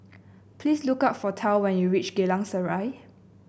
please look for Tal when you reach Geylang Serai